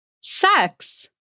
Sex